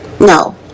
no